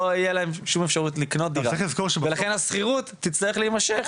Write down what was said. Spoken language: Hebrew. לא תהיה להם שום אפשרות לקנות דירה ולכן השכירות תצטרך להימשך.